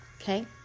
okay